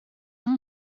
yng